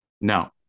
No